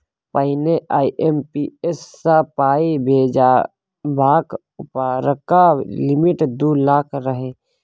पहिने आइ.एम.पी.एस सँ पाइ भेजबाक उपरका लिमिट दु लाख रहय